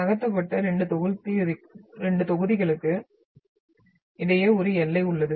நகர்த்தப்பட்ட 2 தொகுதிகளுக்கு இடையே ஒரு எல்லை உள்ளது